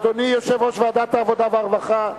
אדוני יושב-ראש ועדת העבודה והרווחה,